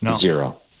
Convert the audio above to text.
zero